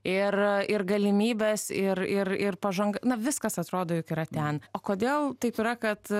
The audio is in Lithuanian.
ir ir galimybės ir ir ir pažanga na viskas atrodo jog yra ten o kodėl taip yra kad